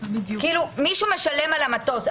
מישהו משלם על המטוס,